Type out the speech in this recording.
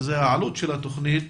שזו העלות של התוכנית,